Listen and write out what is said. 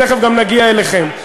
תכף גם נגיע אליכם.